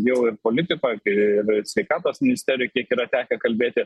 jau ir politikoj ir sveikatos ministerija kiek yra tekę kalbėti